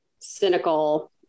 cynical